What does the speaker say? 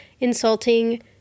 insulting